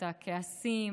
את הכעסים,